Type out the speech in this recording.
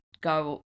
go